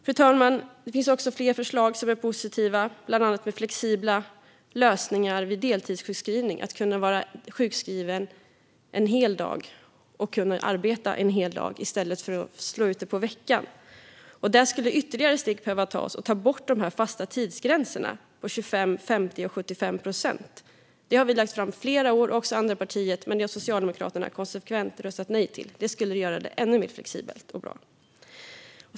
Fru talman! Det finns fler förslag som är positiva, bland annat flexibla lösningar vid deltidssjukskrivning så att man kan vara sjukskriven en hel dag och arbeta en hel dag i stället för att slå ut det på veckan. Där skulle ytterligare steg behöva tas, nämligen att ta bort de fasta tidsgränserna på 25, 50 och 75 procent. Det förslaget har vi lagt fram i flera år, liksom andra partier, men det har Socialdemokraterna konsekvent röstat nej till. Det skulle göra detta ännu mer flexibelt och bra.